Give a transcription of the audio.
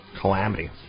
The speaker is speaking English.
calamity